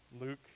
Luke